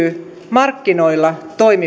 markkinoilla toimiville yhtiöille